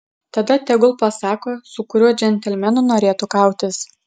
tada tegul pasako su kuriuo džentelmenu norėtų kautis